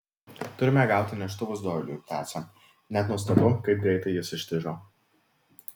turime gauti neštuvus doiliui tęsė net nuostabu kaip greitai jis ištižo